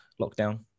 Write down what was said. lockdown